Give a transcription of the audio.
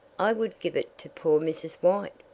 i would give it to poor mrs. white,